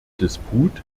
disput